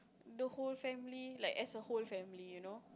the whole family like as a whole family you know